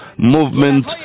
movement